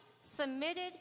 submitted